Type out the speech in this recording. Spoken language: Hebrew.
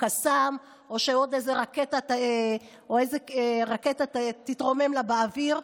קסאם או שעוד איזו רקטה תתרומם לה באוויר,